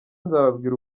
nzababwira